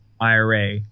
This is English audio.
IRA